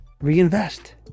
reinvest